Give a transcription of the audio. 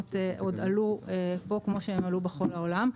התשומות עוד עלו פה כמו שעלו בכל העולם.